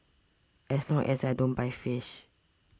as long as I don't buy fish